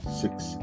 six